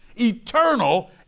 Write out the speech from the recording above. eternal